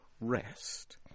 rest